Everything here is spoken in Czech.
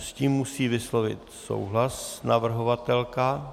S tím musí vyslovit souhlas navrhovatelka.